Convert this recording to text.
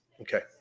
Okay